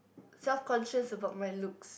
self conscious about my looks